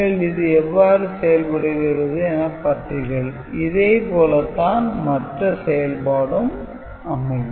நீங்கள் இது எவ்வாறு செயல்படுகிறது என பார்த்தீர்கள் இதே போல் தான் மற்ற செயல்பாடும் அமையும்